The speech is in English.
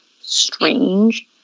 strange